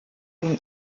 den